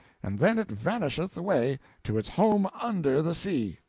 and then it vanisheth away to its home under the sea.